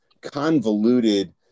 convoluted